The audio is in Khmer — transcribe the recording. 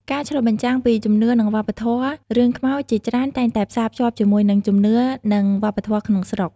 ការឆ្លុះបញ្ចាំងពីជំនឿនិងវប្បធម៌ រឿងខ្មោចជាច្រើនតែងតែផ្សារភ្ជាប់ជាមួយនឹងជំនឿនិងវប្បធម៌ក្នុងស្រុក។